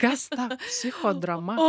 kas ta psichodrama